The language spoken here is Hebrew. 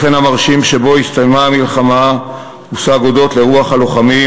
המלחמה הסתיימה באופן מרשים הודות לרוח הלוחמים,